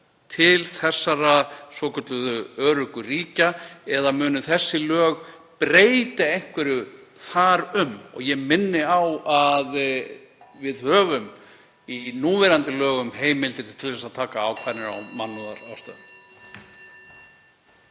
til hinna svokölluðu öruggu ríkja eða munu þessi lög breyta einhverju þar um? Og ég minni á að við höfum í núverandi lögum heimildir til að taka ákvarðanir af mannúðarástæðum.